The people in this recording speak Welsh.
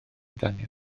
danio